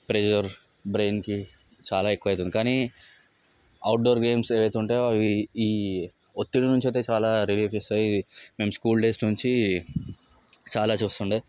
pressure బ్రెయిన్కి చాలా ఎక్కువ అవుతుంది కానీ అవుట్డోర్ గేమ్స్ ఏవైతే ఉంటాయో అవి ఈ ఒత్తిడి నుంచి అయితే చాలా రిలీఫ్ ఇస్తాయి మేము స్కూల్ డేస్ నుంచి చాలా చూస్తుండే